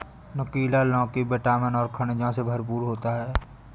नुकीला लौकी विटामिन और खनिजों से भरपूर होती है